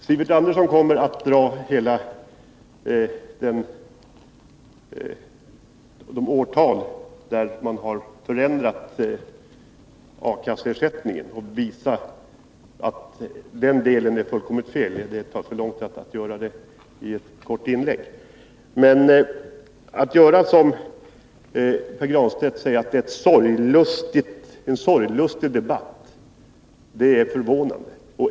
Sivert Andersson kommer att dra de årtal under vilka man ändrat A-kasseersättningen — jag kan inte gå in på det i en replik. Pär Granstedt sade att detta är en sorglustig debatt. Det är förvånande.